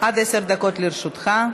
עד עשר דקות לרשותך.